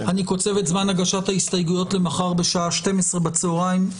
אני קוצב את זמן הגשת ההסתייגויות למחר בשעה שתים-עשרה בצוהריים.